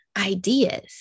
ideas